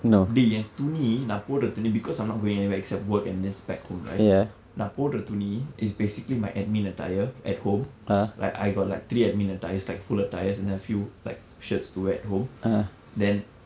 dey என் துணி நான் போடுற துணி:en thuni naan podura thuni because I'm not going anywhere except work and just back home right நான் போடுற துணி:naan podura thuni is basically my admin attire at home like I got like three admin attires like full attires and then a few like shirts to wear at home then